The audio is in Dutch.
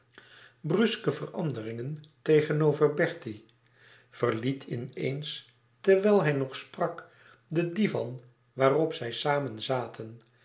bruske veranderingen tegenover bertie verliet in eens terwijl hij nog sprak den divan waarop zij samen zaten